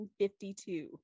1952